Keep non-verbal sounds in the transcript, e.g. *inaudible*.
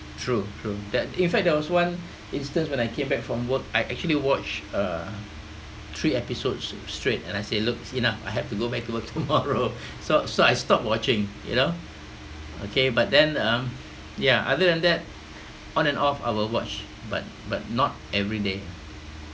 true true that in fact there was one instance when I came back from work I actually watch uh three episodes straight and I say look it's enough I have to go back to work tomorrow *laughs* so so I stopped watching you know okay but then um yeah other than that on and off I will watch but but not every day